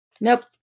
Nope